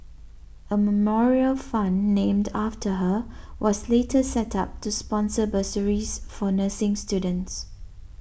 a memorial fund named after her was later set up to sponsor bursaries for nursing students